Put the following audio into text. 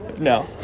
no